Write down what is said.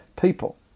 people